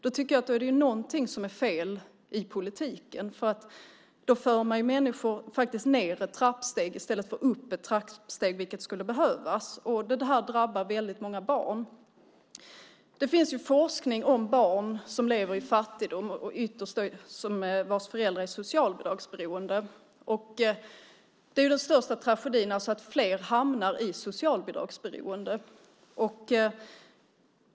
Då är det någonting som är fel i politiken, för då för man ju faktiskt ned människor ett trappsteg och inte upp, vilket skulle behövas. Detta drabbar väldigt många barn. Det finns forskning om barn som lever i fattigdom, ytterst vars föräldrar är socialbidragsberoende. Den största tragedin är att fler hamnar i socialbidragsberoende.